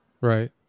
Right